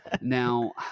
now